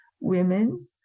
women